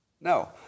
No